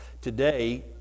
Today